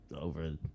over